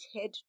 head